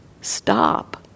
stop